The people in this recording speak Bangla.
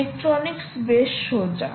ইলেকট্রনিক্স বেশ সোজা